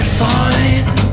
fine